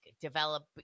develop